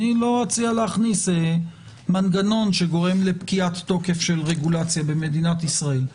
לא אציע להכניס מנגנון שגורם לפקיעת תוקף של רגולציה במדינת ישראל.